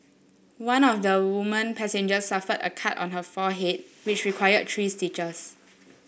one of the woman passengers suffered a cut on her forehead which required three stitches